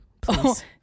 please